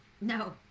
No